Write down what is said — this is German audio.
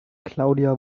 claudia